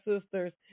sisters